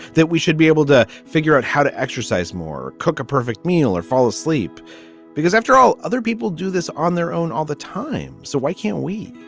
that we should be able to figure out how to exercise more. cook a perfect meal or fall asleep because after all, other people do this on their own all the time. so why can't we?